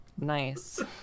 Nice